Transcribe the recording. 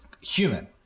human